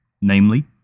Namely